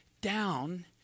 down